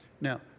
now